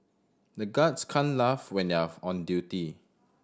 the guards can't laugh when they are on duty